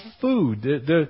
food